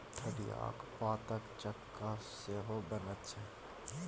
ठढियाक पातक चक्का सेहो बनैत छै